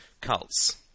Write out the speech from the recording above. cults